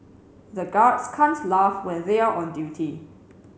the guards can't laugh when they are on duty